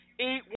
eight